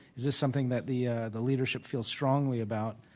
is this something that the the leadership feel strongly about?